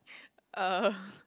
uh